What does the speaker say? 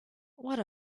what